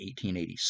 1887